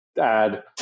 add